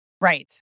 Right